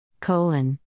Colon